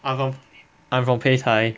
I'm from I'm from peicai